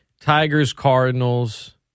Tigers-Cardinals